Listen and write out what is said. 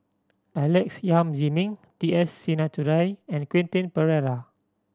Alex Yam Ziming T S Sinnathuray and Quentin Pereira